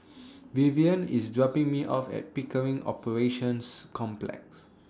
Vivian IS dropping Me off At Pickering Operations Complex